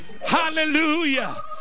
Hallelujah